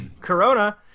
corona